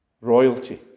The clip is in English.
royalty